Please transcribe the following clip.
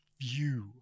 view